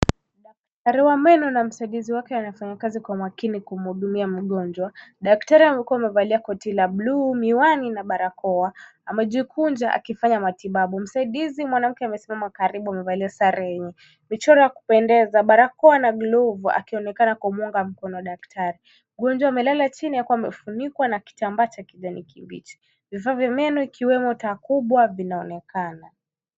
Daktari wa meno na msaidizi wake wanafanya kazi kwa makini kumhudumia mgonjwa. Daktari amekuwa amevalia koti la bluu, miwani na barakoa amejikunja akifanya matibabu. Msaidizi mwanamke amesimama karibu amevalia sare yenye michoro ya kupendeza, barakoa na glovu akionekana kumuunga mkono daktari. Mgonjwa amelala chini akiwa amefunikwa na kitambaa cha kijani kibichi. Vifaa vya meno ikiwemo taa kubwa vinaonekana.